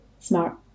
smart